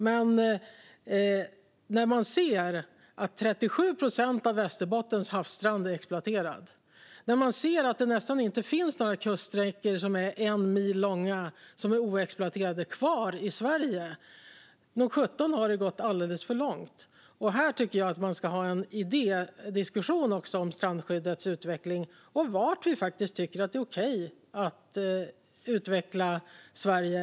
Men när man ser att 37 procent av Västerbottens havsstrand är exploaterad och att det nästan inte finns några kuststräckor kvar som är en mil långa och oexploaterade i Sverige - nog sjutton har det gått alldeles för långt! Här tycker jag att man också ska ha en idédiskussion om strandskyddets utveckling och om var vi tycker att det är okej att utveckla Sverige.